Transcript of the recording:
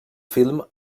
film